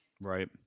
right